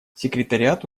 секретариат